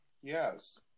Yes